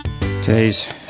Today's